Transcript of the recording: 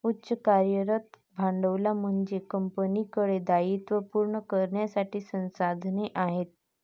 उच्च कार्यरत भांडवल म्हणजे कंपनीकडे दायित्वे पूर्ण करण्यासाठी संसाधने आहेत